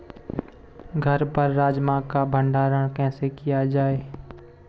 घर पर राजमा का भण्डारण कैसे किया जाय?